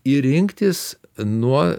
ir rinktis nuo